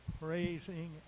praising